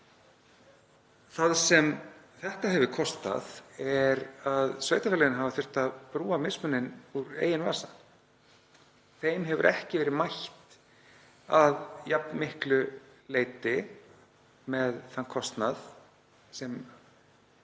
Það sem þetta hefur kostað er að sveitarfélögin hafa þurft að brúa mismuninn úr eigin vasa. Þeim hefur ekki verið mætt að jafn miklu leyti með þann kostnað sem